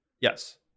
yes